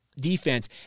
defense